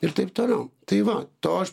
ir taip toliau tai va to aš